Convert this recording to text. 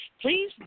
please